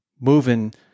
moving